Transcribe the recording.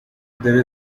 there